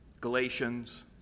Galatians